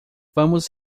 vamos